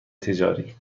تجاری